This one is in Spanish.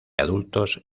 adultos